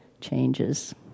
changes